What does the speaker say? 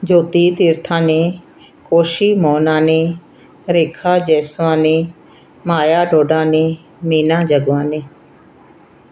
Jyoti Tirthani Khushi Mohanani Rekha Jeswani Maya Dodani Meena Jagwani